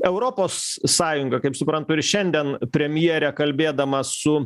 europos sąjunga kaip suprantu ir šiandien premjerė kalbėdama su